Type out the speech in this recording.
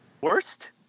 worst-